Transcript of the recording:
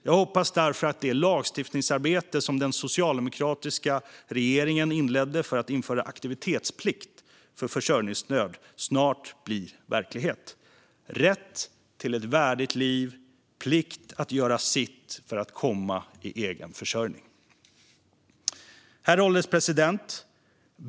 Jag hoppas därför att det lagstiftningsarbete som den socialdemokratiska regeringen inledde för att införa aktivitetsplikt för försörjningsstöd snart blir verklighet. Det handlar om rätt till ett värdigt liv och plikt att göra sitt för att komma i egen försörjning. Herr ålderspresident!